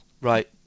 right